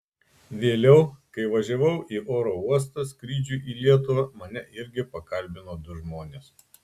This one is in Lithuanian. vėliau kai važiavau į oro uostą skrydžiui į lietuvą mane irgi pakalbino du žmonės